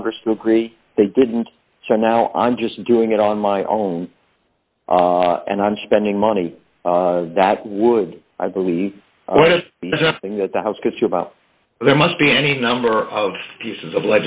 congress to agree they didn't so now i'm just doing it on my own and i'm spending money that would i believe thing that the house gets you about there must be any number of pieces of